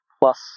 plus